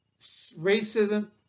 racism